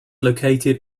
located